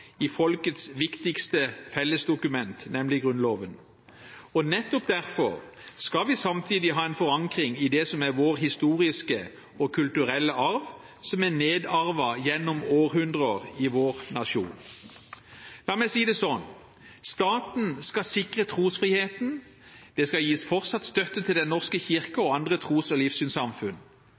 i folkets viktigste fellesdokument, nemlig Grunnloven. Og nettopp derfor skal vi samtidig ha en forankring i det som er vår historiske og kulturelle arv, som er nedarvet gjennom århundrer i vår nasjon. La meg si det sånn: Staten skal sikre trosfriheten, det skal gis fortsatt støtte til Den norske kirke og andre tros- og livssynssamfunn,